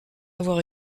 avoir